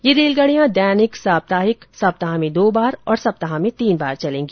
यह रेलगाड़ियां दैनिक साप्ताहिक सप्ताह में दो बार और सप्ताह में तीन बार चलेंगी